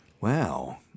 Wow